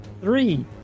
three